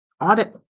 audit